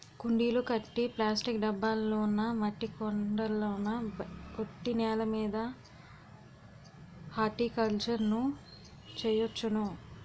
కుండీలు కట్టి ప్లాస్టిక్ డబ్బాల్లోనా మట్టి కొండల్లోన ఒట్టి నేలమీద హార్టికల్చర్ ను చెయ్యొచ్చును